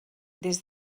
des